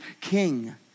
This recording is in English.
King